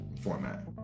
format